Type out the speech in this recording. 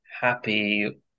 happy